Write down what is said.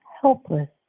helpless